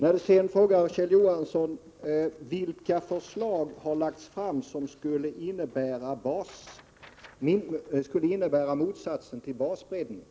Sedan frågar Kjell Johansson: Vilka förslag har lagts fram, som skulle innebära motsatsen till basbreddning?